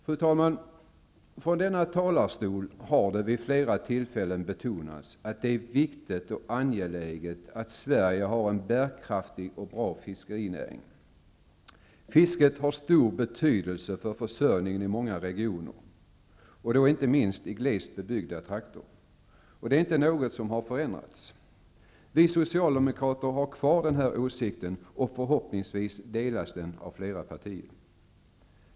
Fru talman! Från denna talarstol har det vid flera tillfällen betonats att det är viktigt och angeläget att Sverige har en bärkraftig och bra fiskerinäring. Fisket har stor betydelse för försörjningen i många regioner, inte minst i glest bebyggda trakter. Detta är inte något som förändrats. Vi socialdemokrater har kvar denna åsikt, och förhoppningsvis delas den av flera partier.